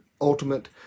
ultimate